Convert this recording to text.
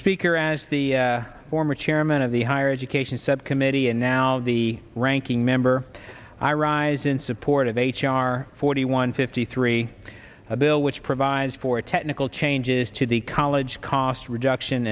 speaker as the former chairman of the higher education subcommittee and now the ranking member i rise in support of h r forty one fifty three a bill which provides for technical changes to the college cost reduction